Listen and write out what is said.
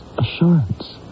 assurance